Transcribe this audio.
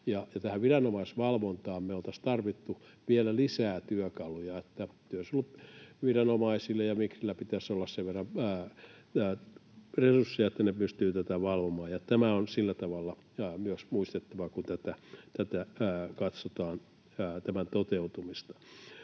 Tähän viranomaisvalvontaan me oltaisiin tarvittu vielä lisää työkaluja työsuojeluviranomaisille, ja siellä pitäisi olla sen verran resursseja, että ne pystyvät tätä valvomaan. Tämä on sillä tavalla myös muistettava, kun katsotaan tämän toteutumista.